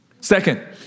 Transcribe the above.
Second